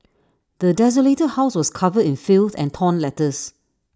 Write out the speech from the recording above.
the desolated house was covered in filth and torn letters